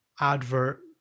advert